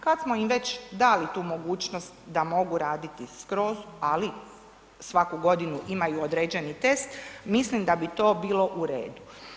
Kad smo im već dali tu mogućnost da mogu raditi skroz, ali svaku godinu imaju određeni test, mislim da bi to bilo u redu.